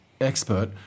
expert